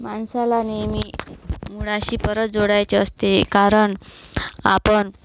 माणसाला नेहमी मुळाशी परत जोडायचे असते कारण आपण